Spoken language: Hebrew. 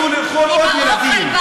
רצו לאכול עוד ילדים.